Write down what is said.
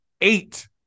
eight